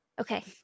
Okay